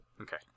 okay